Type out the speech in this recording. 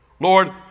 Lord